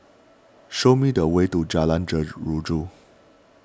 show me the way to Jalan Jeruju